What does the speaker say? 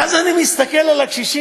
ואז אני מסתכל על הקשישים,